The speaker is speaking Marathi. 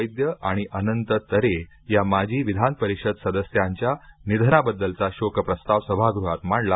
वैद्य आणि अनंत तरे या माजी विधानपरिषद सदस्यांच्या निधनाबद्दलचा शोकप्रस्ताव सभागृहात मांडला